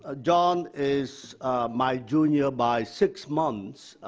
ah john is my junior by six months,